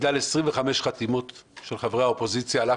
בגלל 25 חתימות של חברי האופוזיציה על אף